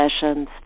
sessions